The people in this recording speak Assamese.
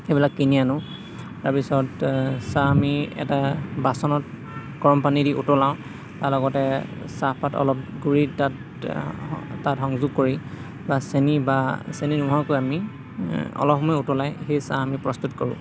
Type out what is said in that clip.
সেইবিলাক কিনি আনোঁ তাৰপিছত চাহ আমি এটা বাচনত গৰম পানী দি উতলাওঁ তাৰ লগতে চাহপাত অলপ গুড়ি তাত তাত সংযোগ কৰি বা চেনি বা চেনি নোহোৱাকৈ আমি অলপসময় উতলাই সেই চাহ আমি প্ৰস্তুত কৰোঁ